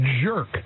jerk